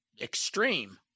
extreme